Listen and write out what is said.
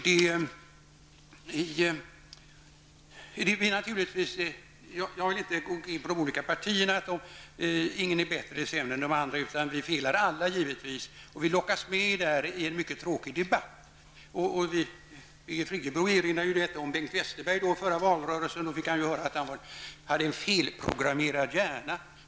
Jag vill inte gå in på de olika partierna. Inget är bättre eller sämre än de andra, utan vi felar givetvis alla. Vi lockas med i en mycket tråkig debatt. Birgit Friggebo erinrade om att vi i förra valrörelsen fick höra att Bengt Westerberg hade en felprogrammerad hjärna.